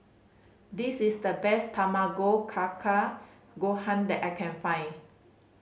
this is the best Tamago Kake Gohan that I can find